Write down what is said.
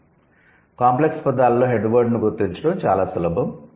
'complex' పదాలలో 'head word' ను గుర్తించడం చాలా సులభం